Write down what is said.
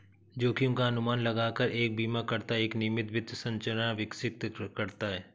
जोखिम का अनुमान लगाकर एक बीमाकर्ता एक नियमित वित्त संरचना विकसित करता है